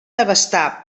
abastar